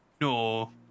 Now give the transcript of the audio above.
No